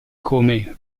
come